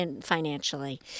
financially